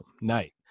night